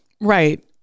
right